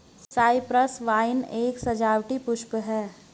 Cyprus vine एक सजावटी पुष्प है